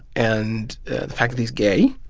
and the fact that he's gay.